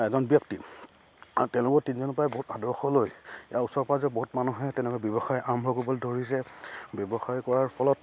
এজন ব্যক্তি তেওঁলোকৰ তিনিজনৰপৰাই বহুত আদৰ্শ লৈ ইয়াৰ ওচৰ পাঁজৰে বহুত মানুহে তেনেকুৱা ব্যৱসায় আৰম্ভ কৰিবলৈ ধৰিছে ব্যৱসায় কৰাৰ ফলত